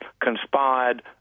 conspired